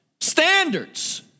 standards